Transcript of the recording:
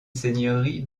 seigneurie